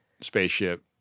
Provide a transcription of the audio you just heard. spaceship